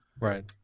Right